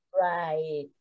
Right